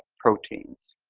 proteins